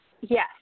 Yes